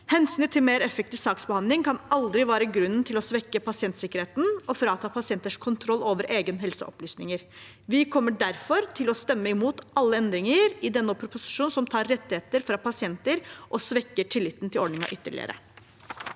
Hensynet til mer effektiv saksbehandling kan aldri være grunnen til å svekke pasientsikkerheten og frata pasienter kontroll over egne helseopplysninger. Vi kommer derfor til å stemme imot alle endringer i denne proposisjonen som tar rettigheter fra pasienter og svekker tilliten til ordningen ytterligere.